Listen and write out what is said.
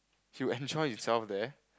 he'll enjoy himself there